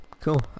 cool